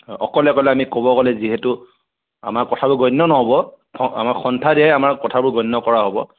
অকলে অকলে আমি ক'ব গ'লে যিহেতু আমাৰ কথাটো গণ্য নহ'ব আমাৰ সন্থাদিহে আমাৰ কথাবোৰ গণ্য কৰা হ'ব